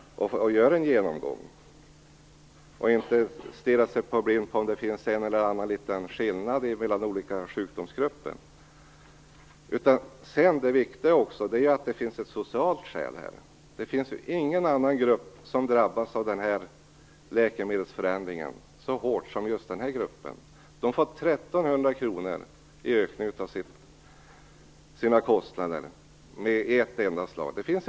Man skall inte stirra sig blind på att det finns en och annan liten skillnad mellan olika sjukdomsgrupper. Det sociala skälet är också viktigt här. Det finns ingen annan grupp som drabbas så hårt av läkemedelsförändringen som just denna. De får en ökning av sina kostnader med 1 300 kr i ett enda slag.